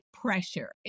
pressure